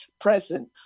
present